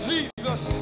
Jesus